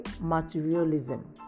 materialism